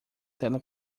tela